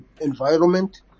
environment